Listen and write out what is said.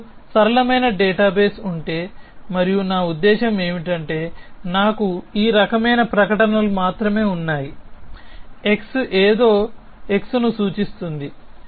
నాకు సరళమైన డేటాబేస్ ఉంటే మరియు నా ఉద్దేశ్యం ఏమిటంటే నాకు ఈ రకమైన ప్రకటనలు మాత్రమే ఉన్నాయి x ఏదో x ను సూచిస్తుంది